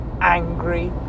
angry